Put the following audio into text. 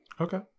okay